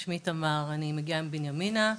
אני תמר ואני מגיעה מבנימינה,